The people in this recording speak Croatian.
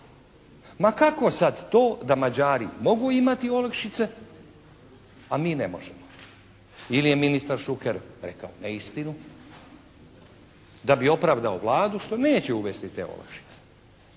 Ma kako sad to da Mađari mogu imati olakšice a mi ne možemo? Ili je ministar Šuker rekao neistinu da bi opravdao Vladu što neće uvesti te olakšice.